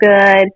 good